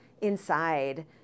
inside